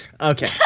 Okay